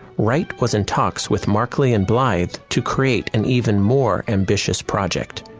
wright was in talks with markley and blythe to create an even more ambitious project,